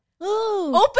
Open